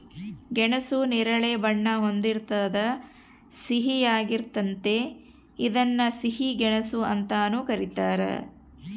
ಗೆಣಸು ನೇರಳೆ ಬಣ್ಣ ಹೊಂದಿರ್ತದ ಸಿಹಿಯಾಗಿರ್ತತೆ ಇದನ್ನ ಸಿಹಿ ಗೆಣಸು ಅಂತಾನೂ ಕರೀತಾರ